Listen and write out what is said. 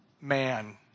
man